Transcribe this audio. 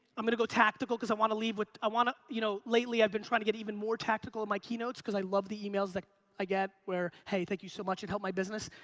i'm gonna go tactical, cause i wanna leave with, i wanna you know lately i've been trying to get even more tactical in my keynotes, cause i love the emails that i get where, hey thank you so much, it helped my business.